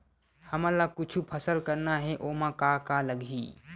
हमन ला कुछु फसल करना हे ओमा का का लगही?